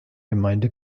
gemeinde